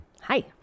Hi